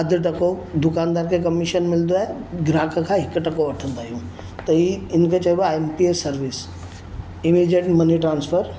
अधु टको दुकानदार खे कमीशन मिलंदो आहे ग्राहक खां हिकु टको वठंदा आहियूं त हीअ इनखे चइबो I M P S service immediate money transfer